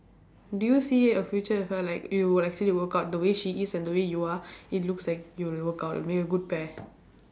do you see a future with her like it would actually work out the way she is and the way you are it looks like you will work out and make a good pair